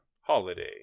Holiday